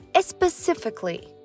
specifically